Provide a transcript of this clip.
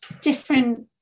different